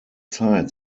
zeit